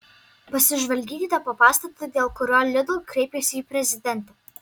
pasižvalgykite po pastatą dėl kurio lidl kreipėsi į prezidentę